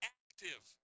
active